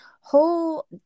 whole